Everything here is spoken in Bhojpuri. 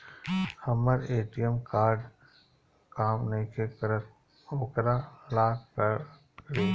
हमर ए.टी.एम कार्ड काम नईखे करत वोकरा ला का करी?